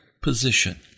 position